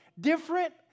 different